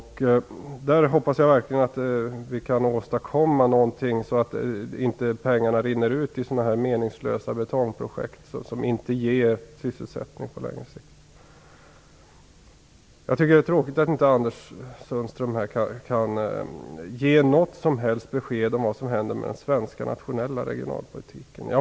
Här hoppas jag verkligen att vi kan åstadkomma någonting så att pengarna inte rinner ut i meningslösa betongprojekt som inte ger sysselsättning på längre sikt. Jag tycker att det är tråkigt att inte Anders Sundström här kan ge något som helst besked om vad som händer med den svenska nationella regionalpolitiken.